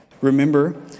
Remember